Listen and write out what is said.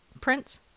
Prince